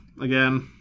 Again